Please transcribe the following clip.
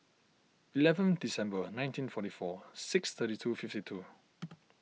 eleven December nineteen forty four six thirty two fifty two